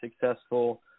successful